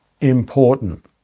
important